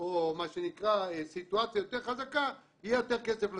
או מה שנקרא סיטואציה יותר חזקה יהיה יותר כסף לספורט.